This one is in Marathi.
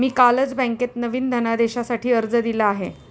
मी कालच बँकेत नवीन धनदेशासाठी अर्ज दिला आहे